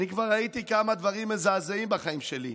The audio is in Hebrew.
אני כבר ראיתי כמה דברים מזעזעים בחיים שלי,